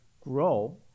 grow